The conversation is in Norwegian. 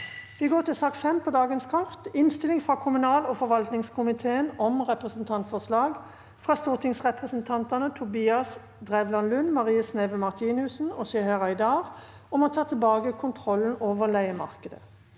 nr. 4. S ak nr. 5 Innstilling fra kommunal- og forvaltningskomiteen om Representantforslag fra stortingsrepresentantene Tobias Drevland Lund, Marie Sneve Martinussen og Seher Aydar om å ta tilbake kontrollen over leiemarke- det